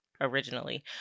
originally